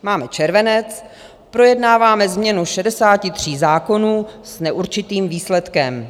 Máme červenec, projednáváme změnu 63 zákonů s neurčitým výsledkem.